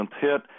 hit